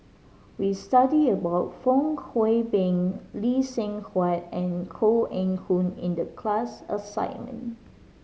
we studied about Fong Hoe Beng Lee Seng Huat and Koh Eng Hoon in the class assignment